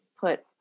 put